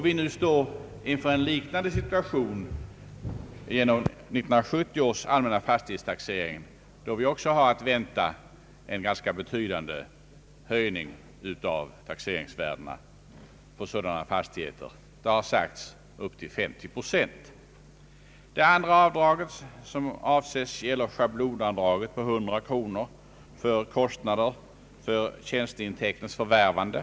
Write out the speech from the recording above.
Vi står nu inför en liknande situation vid 1970 års allmänna fastighetstaxering, då vi också har att vänta en ganska betydande höjning av taxeringsvärdena för fastigheter — det har talats om en höjning med upp till 50 procent. Ett annat avdrag som här avses är schablonavdraget på 100 kronor för kostnader för tjänsteintäktens förvärvande.